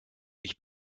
ich